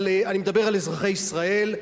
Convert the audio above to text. אבל אני מדבר על אזרחי ישראל,